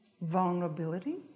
vulnerability